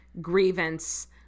grievance